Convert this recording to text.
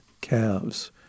calves